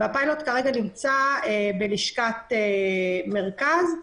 הפיילוט נמצא בלשכת מרכז.